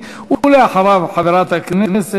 ואותך הוא מלמד ערכים ישראליים.